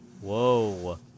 whoa